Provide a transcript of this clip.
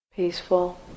peaceful